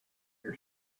your